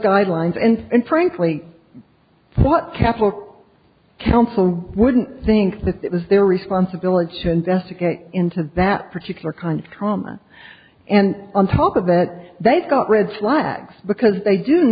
guidelines and frankly what capital counsel wouldn't think that it was their responsibility to investigate into that particular kind of trauma and on top of that they've got red flags because they do